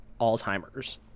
Alzheimer's